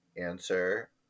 answer